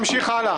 תמשיך הלאה.